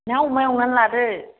नोंहा अमा एवनानै लादो